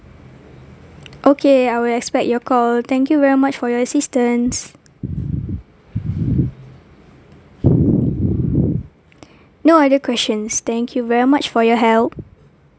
okay I will expect your call thank you very much for your assistance no other questions thank you very much for your help